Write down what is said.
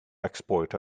export